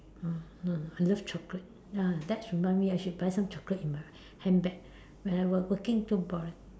ah no lah it's just chocolate ah that reminds me I should buy some chocolate in my handbag when I working so boring